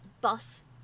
bus